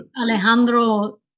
Alejandro